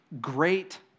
great